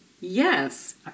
yes